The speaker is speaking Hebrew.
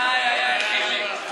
איי, איי, איי, חיליק.